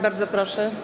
Bardzo proszę.